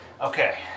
Okay